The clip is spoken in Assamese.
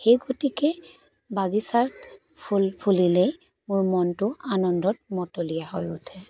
সেই গতিকে বাগিচাত ফুল ফুলিলেই মোৰ মনটো আনন্দত মতলীয়া হৈ উঠে